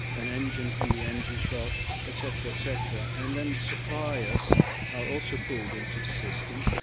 an engine from the engine shop et cetera, et cetera, and then the suppliers are also pulled in to the system,